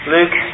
Luke